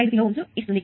25 kilo Ω ను వస్తుంది